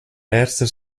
erster